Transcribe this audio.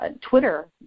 Twitter